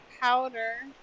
powder